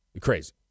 Crazy